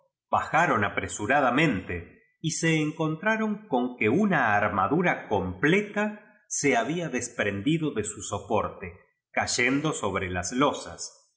bajaron apresuradamente y se encontra ron con que una armadura completa ae ha bía desprendido de su soporte cayendo so bre las losas